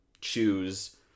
choose